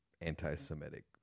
Anti-Semitic